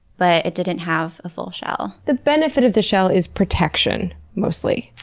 but it didn't have a full shell. the benefit of the shell is protection, mostly.